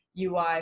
UI